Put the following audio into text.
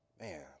man